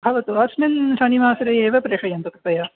भवतु अस्मिन् शनिवासरे एव प्रेषयन्तु कृपया